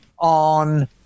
on